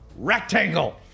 Rectangle